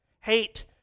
Hate